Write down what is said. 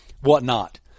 whatnot